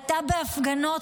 הייתה בהפגנות,